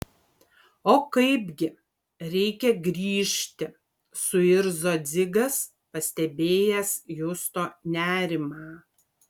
o kaipgi reikia grįžti suirzo dzigas pastebėjęs justo nerimą